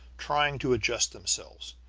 trying to adjust themselves.